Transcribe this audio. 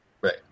Right